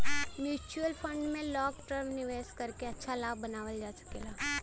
mutual fund में long term निवेश करके अच्छा लाभ बनावल जा सकला